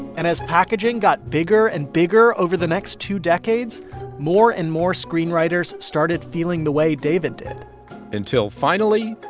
and as packaging got bigger and bigger over the next two decades more and more screenwriters started feeling the way david did until finally,